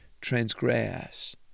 transgress